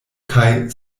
kaj